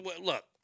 look